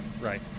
Right